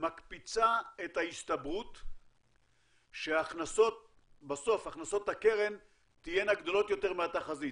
מקפיצה את ההסתברות שבסוף הכנסות הקרן תהיינה גדולות יותר מהתחזית.